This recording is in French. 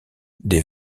des